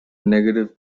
negative